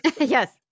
Yes